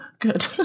Good